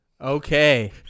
Okay